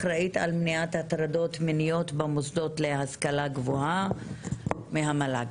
אחראית למניעת הטרדות מיניות במוסדות להשכלה גבוהה במל"ג.